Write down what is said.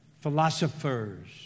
philosophers